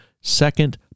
second